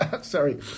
sorry